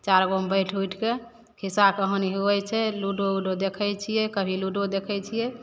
चारिगो मे बैठ उठिके खिस्सा कहानी हुवै छै लूडो उडो देखय छियै कभी लुडो देखय छियै